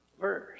verse